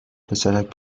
پسرک